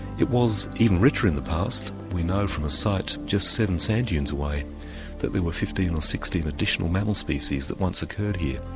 it was even richer in the past, we know from a site just seven sand dunes away that there were fifteen or sixteen additional mammal species that once occurred here.